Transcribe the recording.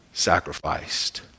sacrificed